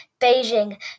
Beijing